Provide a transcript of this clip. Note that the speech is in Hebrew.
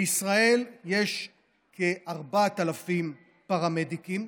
בישראל יש כ-4,000 פרמדיקים,